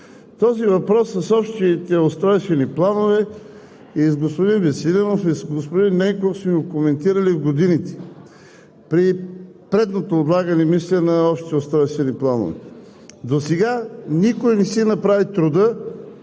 Този въпрос с общите устройствени планове и с господин Веселинов, и с господин Ненков сме го коментирали в годините. При предното отлагане, мисля, на общите устройствени планове досега никой не си направи труда